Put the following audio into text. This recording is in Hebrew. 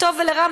לטוב ולרע,